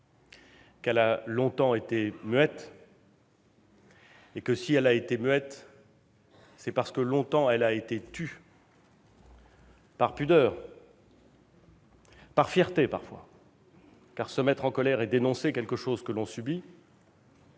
qu'elle a longtemps été muette et que, si elle a été muette, c'est parce que, longtemps, elle a été tue, par pudeur, par fierté parfois, car se mettre en colère et dénoncer quelque chose que l'on subit,